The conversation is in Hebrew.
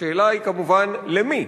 השאלה היא כמובן למי.